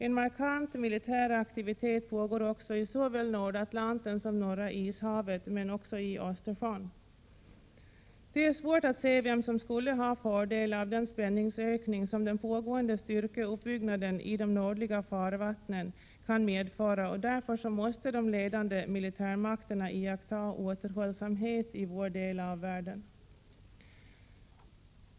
En markant militär aktivitet pågår också i såväl Nordatlanten som Norra Ishavet men även i Östersjön. Det är svårt att se vem som skulle ha fördel av den spänningsökning som den pågående styrkeuppbyggnaden i de nordliga farvattnen kan medföra, och därför måste de ledande militärmakterna iaktta återhållsamhet i vår del av världen.